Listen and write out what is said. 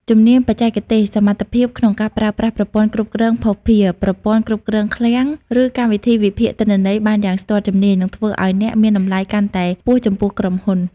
ជំនាញបច្ចេកទេស សមត្ថភាពក្នុងការប្រើប្រាស់ប្រព័ន្ធគ្រប់គ្រងភស្តុភារ ប្រព័ន្ធគ្រប់គ្រងឃ្លាំង ឬកម្មវិធីវិភាគទិន្នន័យបានយ៉ាងស្ទាត់ជំនាញ នឹងធ្វើឱ្យអ្នកមានតម្លៃកាន់តែខ្ពស់ចំពោះក្រុមហ៊ុន។